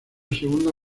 segunda